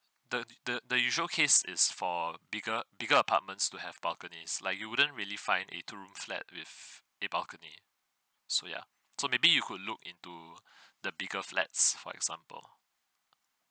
the the the usual case it's for bigger bigger apartments to have balconies like you wouldn't really find a two room flat with a balcony so ya so maybe you could look into the bigger flats for example